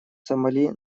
сомали